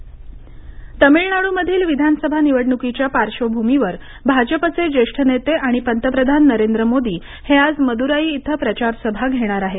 पंतप्रधान सभा तमिळनाडूमधील विधानसभा निवडणुकीच्या पार्श्वभूमीवरभाजपचे ज्येष्ठ नेते आणि पंतप्रधान नरेंद्र मोदी हे आज मद्राई इथं प्रचार सभा घेणार आहेत